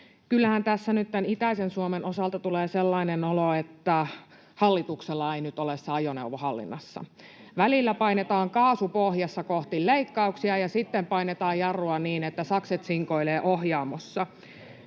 Kyllähän tässä nyt itäisen Suomen osalta tulee sellainen olo, että hallituksella ei nyt ole se ajoneuvo hallinnassa. Välillä painetaan kaasu pohjassa kohti leikkauksia ja sitten painetaan jarrua niin, että sakset sinkoilevat ohjaamossa.